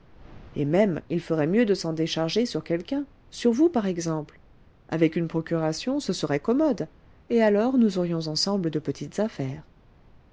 et même il ferait mieux de s'en décharger sur quelqu'un sur vous par exemple avec une procuration ce serait commode et alors nous aurions ensemble de petites affaires